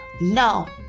no